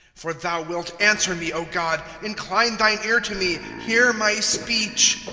for thou wilt answer me, o god incline thine ear to me, hear my speech,